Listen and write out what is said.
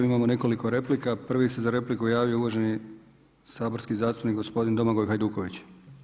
Imamo nekoliko replika, prvi se za repliku javio uvaženi saborski zastupnik gospodin Domagoj Hajduković.